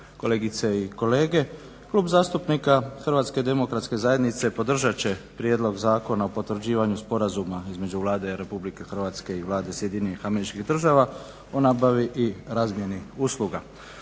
kolegice i kolege. Klub zastupnika HDZ-a podržat će Prijedlog Zakona o potvrđivanju sporazuma između Vlade Republike Hrvatske i Vlade Sjedinjenih Američkih Država o nabavi i razmjeni usluga.